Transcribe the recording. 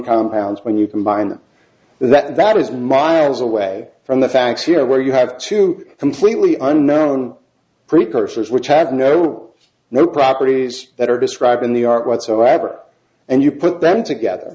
compounds when you combine them and that is miles away from the facts here where you have two completely unknown precursors which had no new properties that are described in the art whatsoever and you put them together